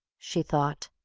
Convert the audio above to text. she thought,